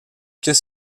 qu’est